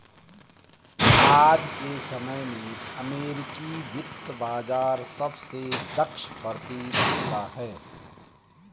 आज के समय में अमेरिकी वित्त बाजार सबसे दक्ष प्रतीत होता है